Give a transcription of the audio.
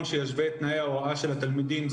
שישווה את תנאי ההוראה של התלמידים.